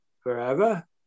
forever